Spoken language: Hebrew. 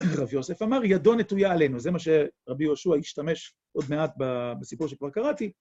רבי יוסף אמר, ידו נטויה עלינו, זה מה שרבי יהושע השתמש עוד מעט בסיפור שכבר קראתי.